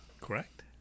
correct